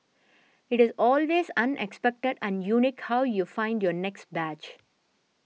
it is always unexpected and unique how you find your next badge